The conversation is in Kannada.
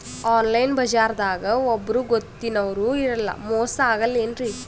ಆನ್ಲೈನ್ ಬಜಾರದಾಗ ಒಬ್ಬರೂ ಗೊತ್ತಿನವ್ರು ಇರಲ್ಲ, ಮೋಸ ಅಗಲ್ಲೆನ್ರಿ?